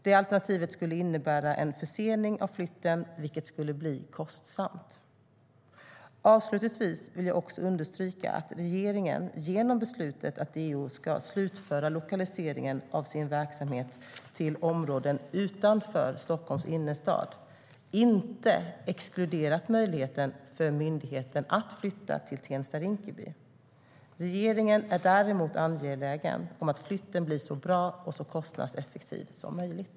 Det alternativet skulle innebära en försening av flytten, vilket skulle bli kostsamt. Avslutningsvis vill jag också understryka att regeringen genom beslutet att DO ska slutföra lokaliseringen av sin verksamhet till områden utanför Stockholms innerstad inte har exkluderat möjligheten för myndigheten att flytta till Tensta-Rinkeby. Regeringen är däremot angelägen om att flytten blir så bra och kostnadseffektiv som möjligt.